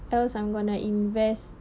cause I'm going to invest